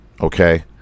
Okay